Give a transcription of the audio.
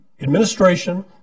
Administration